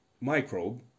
microbe